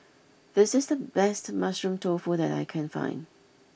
this is the best Mushroom Tofu that I can find